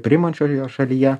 priimančioje šalyje